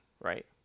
Right